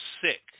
sick